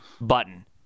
button